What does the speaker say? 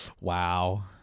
Wow